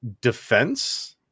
defense